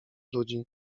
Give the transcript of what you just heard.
ludzi